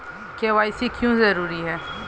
KYC क्यों जरूरी है?